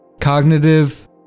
Cognitive